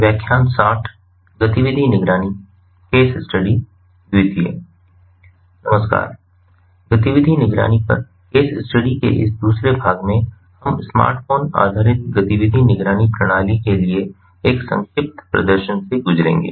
नमस्कार गतिविधि निगरानी पर केस स्टडी के इस दूसरे भाग में हम स्मार्टफ़ोन आधारित गतिविधि निगरानी प्रणाली के एक संक्षिप्त प्रदर्शन से गुजरेंगे